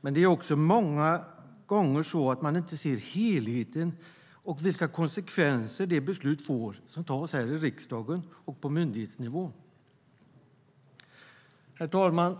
Det är också många gånger så att man inte ser helheten och vilka konsekvenser de beslut får som fattas här i riksdagen och på myndighetsnivå. Herr talman!